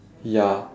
ya